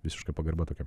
visiška pagarba tokia